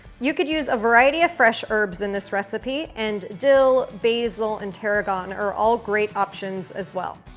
you could use a variety of fresh herbs in this recipe, and dill, basil, and tarragon are all great options as well.